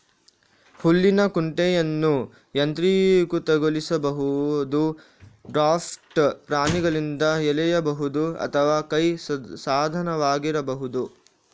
ಹುಲ್ಲಿನ ಕುಂಟೆಯನ್ನು ಯಾಂತ್ರೀಕೃತಗೊಳಿಸಬಹುದು, ಡ್ರಾಫ್ಟ್ ಪ್ರಾಣಿಗಳಿಂದ ಎಳೆಯಬಹುದು ಅಥವಾ ಕೈ ಸಾಧನವಾಗಿರಬಹುದು